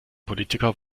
politiker